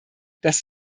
das